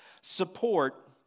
support